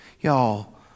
Y'all